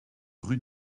rue